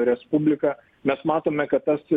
respubliką mes matome kad tas